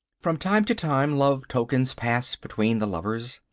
from time to time love tokens passed between the lovers.